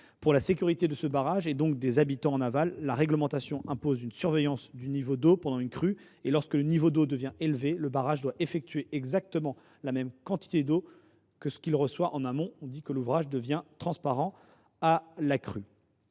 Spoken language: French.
Pour la sécurité de ce barrage, et donc des habitants en aval, la réglementation impose une surveillance du niveau d’eau pendant une crue. Lorsque le niveau d’eau devient élevé, le barrage doit évacuer exactement la même quantité d’eau que celle qu’il reçoit en amont. On dit que l’ouvrage devient « transparent » à la crue.